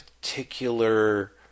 particular